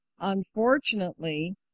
Unfortunately